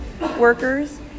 workers